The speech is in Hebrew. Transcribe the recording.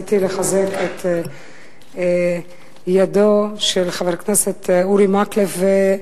רציתי לחזק את ידיו של חבר הכנסת אורי מקלב,